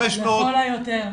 500 --- לכל היותר.